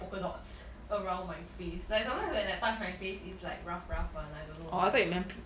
polka dots around my face like sometimes when I touch my face is like rough rough [one] I don't know why